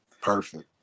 Perfect